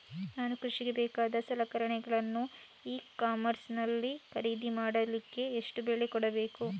ನಾನು ಕೃಷಿಗೆ ಬೇಕಾದ ಸಲಕರಣೆಗಳನ್ನು ಇ ಕಾಮರ್ಸ್ ನಲ್ಲಿ ಖರೀದಿ ಮಾಡಲಿಕ್ಕೆ ಎಷ್ಟು ಬೆಲೆ ಕೊಡಬೇಕು?